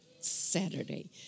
Saturday